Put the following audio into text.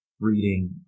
Reading